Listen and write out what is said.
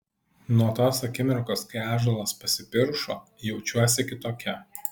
nuo tos akimirkos kai ąžuolas pasipiršo jaučiuosi kitokia